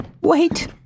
Wait